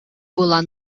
була